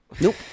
Nope